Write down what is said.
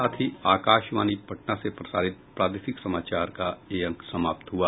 इसके साथ ही आकाशवाणी पटना से प्रसारित प्रादेशिक समाचार का ये अंक समाप्त हुआ